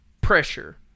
pressure